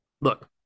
Look